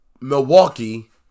Milwaukee